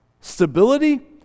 stability